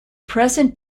present